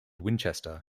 winchester